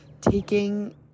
taking